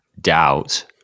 doubt